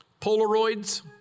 Polaroids